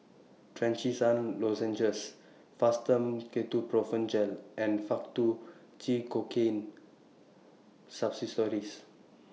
Trachisan Lozenges Fastum Ketoprofen Gel and Faktu Cinchocaine Suppositories